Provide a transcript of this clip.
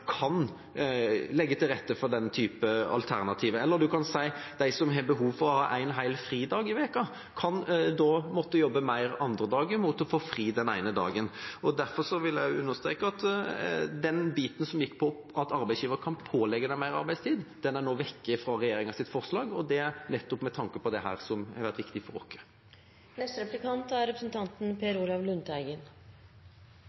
kan legge til rette for den typen alternativer. Eller man kan si: De som har behov for å ha en hel fridag i uka, kan da måtte jobbe mer andre dager mot å få fri den ene dagen. Derfor vil jeg også understreke at den biten som gikk på at arbeidsgiver kan pålegge deg mer arbeidstid, nå er tatt vekk fra regjeringas forslag, og det er nettopp med tanke på dette, som har vært viktig for oss.